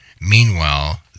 Meanwhile